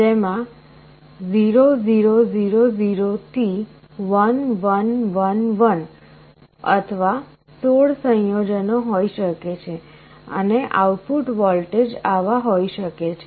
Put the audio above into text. જેમાં 0 0 0 0 થી 1 1 1 1 અથવા 16 સંયોજનો હોઈ શકે છે અને આઉટપુટ વોલ્ટેજ આવા હોઈ શકે છે